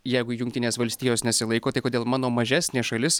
jeigu jungtinės valstijos nesilaiko tai kodėl mano mažesnė šalis